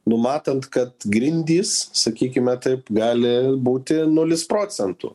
numatant kad grindys sakykime taip gali būti nulis procentų